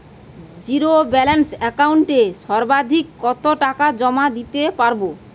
Zero balance একাউন্টে সর্বাধিক কত টাকা জমা দিতে পারব?